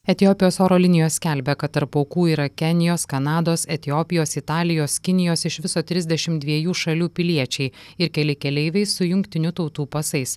etiopijos oro linijos skelbia kad tarp aukų yra kenijos kanados etiopijos italijos kinijos iš viso trisdešim dviejų šalių piliečiai ir keli keleiviai su jungtinių tautų pasais